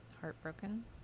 heartbroken